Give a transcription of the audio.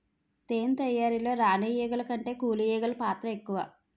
తేనె తయారీలో రాణి ఈగల కంటే కూలి ఈగలు పాత్ర ఎక్కువ